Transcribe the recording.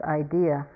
idea